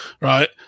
right